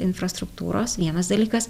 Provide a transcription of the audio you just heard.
infrastruktūros vienas dalykas